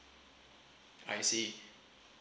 I see